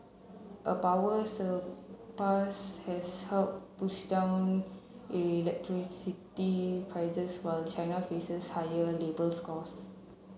a power surplus has helped push down electricity prices while China faces higher labours costs